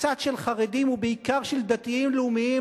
קצת של חרדים ובעיקר של דתיים-לאומיים,